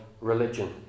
religion